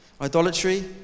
Idolatry